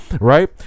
right